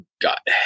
got